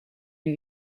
new